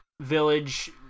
village